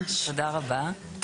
תודה רבה.